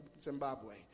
Zimbabwe